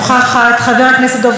חבר הכנסת נחמן שי,